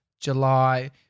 July